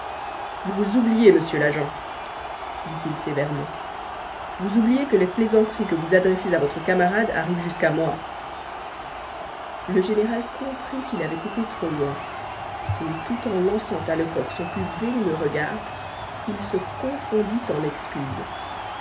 vous vous oubliez monsieur l'agent dit-il sévèrement vous oubliez que les plaisanteries que vous adressez à votre camarade arrivent jusqu'à moi le général comprit qu'il avait été trop loin et tout en lançant à lecoq son plus venimeux regard il se confondit en excuses